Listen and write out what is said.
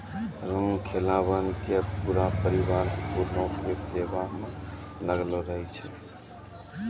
रामखेलावन के पूरा परिवार फूलो के सेवा म लागलो रहै छै